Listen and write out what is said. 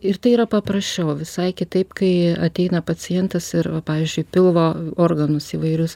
ir tai yra paprasčiau visai kitaip kai ateina pacientas ir pavyzdžiui pilvo organus įvairius